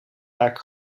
vaak